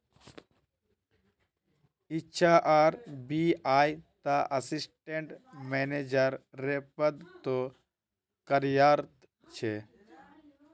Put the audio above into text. इच्छा आर.बी.आई त assistant manager रे पद तो कार्यरत छे